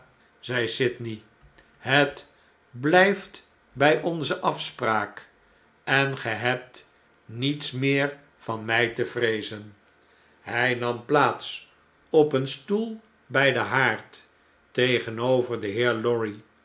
zei sydney het bljjft bjj onze afspraak en ge hebt niets meer van mg te vreezen hg nam plaats op een stoel bij den haard tegenover den heer lorry